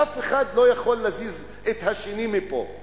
ואף אחד לא יכול להזיז את השני מפה.